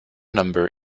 number